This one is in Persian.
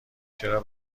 چرا